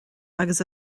agus